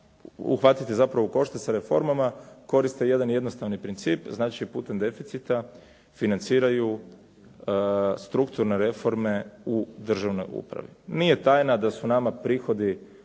uhvatiti zapravo u koštac sa reformama koriste jedan jednostavni princip, znači putem deficita financiraju strukturne reforme u državnoj upravi. Nije tajna da su nama prihodi,